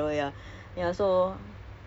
it's really you man